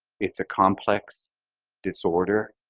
it's a complex disorder.